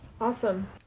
awesome